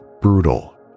brutal